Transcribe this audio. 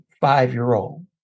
five-year-old